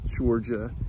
Georgia